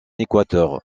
équateur